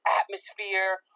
atmosphere